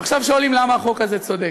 עכשיו, שואלים: למה החוק הזה צודק?